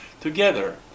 together